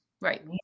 right